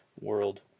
world